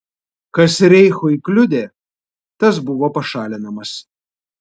kas reichui kliudė tas buvo pašalinamas